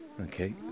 Okay